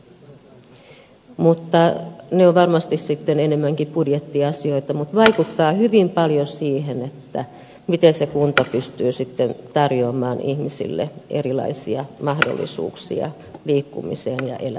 ne ovat varmasti sitten enemmänkin budjettiasioita mutta vaikuttavat hyvin paljon siihen miten se kunta pystyy sitten tarjoamaan ihmisille erilaisia mahdollisuuksia liikkumiseen ja elämiseen